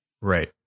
Right